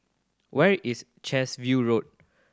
where is chess View Road